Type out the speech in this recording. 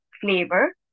flavor